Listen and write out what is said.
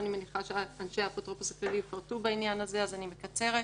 אני מניחה שאנשי האפוטרופוס הכללי יפרטו בעניין הזה אז אני מקצרת.